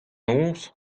noz